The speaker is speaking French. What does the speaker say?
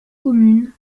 communes